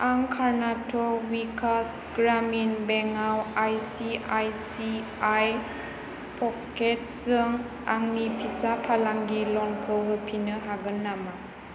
आं कार्नाटक विकास ग्रामिन बेंक आव I C I C I प'केत्सजों आंनि फिसा फालांगि ल'नखौ होफिन्नो हागोन नामा